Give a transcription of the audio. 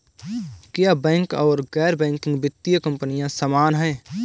क्या बैंक और गैर बैंकिंग वित्तीय कंपनियां समान हैं?